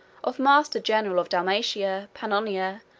of master-general of dalmatia, pannonia,